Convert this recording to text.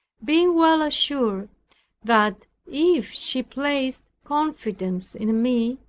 being well assured that if she placed confidence in me,